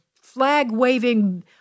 flag-waving